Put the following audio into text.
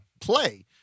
play